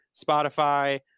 Spotify